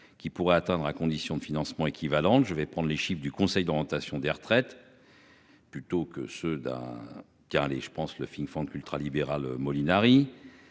qui pourrait atteindre à condition de financement équivalente. Je vais prendre les chiffres du conseil d'orientation des retraites. Plutôt que ceux d'un car les je pense le film Frank ultralibérale Molinari